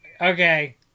Okay